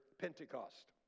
Pentecost